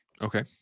Okay